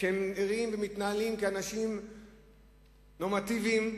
שמתנהלים כאנשים נורמטיביים,